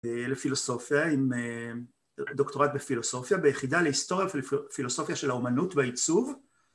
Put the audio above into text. לפילוסופיה עם דוקטורט בפילוסופיה ביחידה להיסטוריה ופילוסופיה של האומנות והעיצוב.